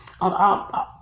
on